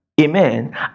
amen